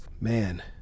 man